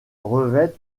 revêt